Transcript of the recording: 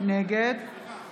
נגד